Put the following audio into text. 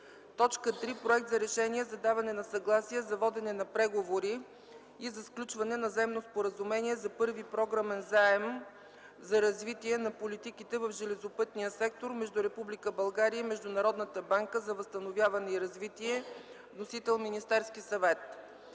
г. 3. Проект за решение за даване на съгласие за водене на преговори за сключване на Заемно споразумение за Първи програмен заем за развитие на политиките в железопътния сектор между Република България и Международната банка за възстановяване и развитие. Вносител – Министерският съвет.